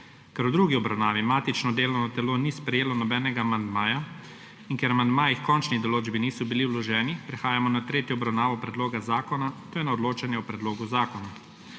Ker v drugi obravnavi matično delovno telo ni sprejelo nobenega amandmaja in ker amandmaji h končni določbi niso bili vloženi, prehajamo na **tretjo obravnavo** predloga zakona, to je na odločanje o predlogu zakona.